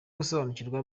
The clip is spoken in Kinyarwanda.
gusobanurirwa